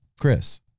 Chris